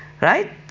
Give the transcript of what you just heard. right